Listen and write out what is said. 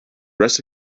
rest